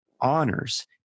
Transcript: honors